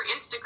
Instagram